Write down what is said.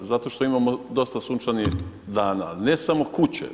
Zato što imamo dosta sunčanih dana, ali ne samo kuće.